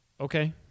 Okay